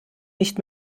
nicht